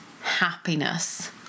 happiness